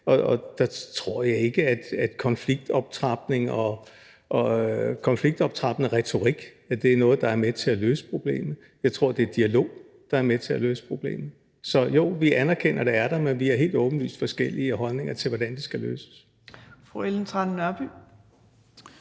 Og der tror jeg ikke, at konfliktoptrapning og konfliktoptrappende retorik er noget, der er med til at løse problemet. Jeg tror, at det er dialog, der er med til at løse problemet. Så jo, vi anerkender, at problemet er der, men vi har helt åbenlyst forskellige holdninger til, hvordan det skal løses. Kl. 15:00 Fjerde